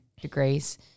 degrees